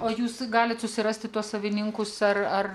o jūs galit susirasti tuos savininkus ar ar